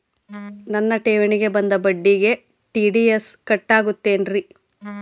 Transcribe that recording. ನನ್ನ ಠೇವಣಿಗೆ ಬಂದ ಬಡ್ಡಿಗೆ ಟಿ.ಡಿ.ಎಸ್ ಕಟ್ಟಾಗುತ್ತೇನ್ರೇ?